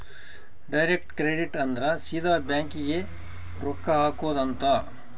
direct credit ಅಂದ್ರ ಸೀದಾ bank ಗೇ ರೊಕ್ಕ ಹಾಕೊಧ್ ಅಂತ